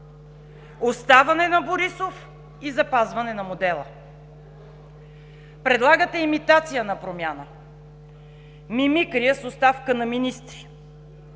Оставане на Борисов и запазване на модела. Предлагате имитация на промяна, мимикрия с оставка на министри.